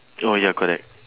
oh ya correct